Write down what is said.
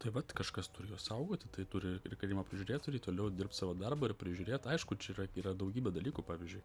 tai vat kažkas turi juos saugoti tai turi ir kalėjimo prižiūrėtojai toliau dirbt savo darbą ir prižiūrėt aišku čia yra yra daugybė dalykų pavyzdžiui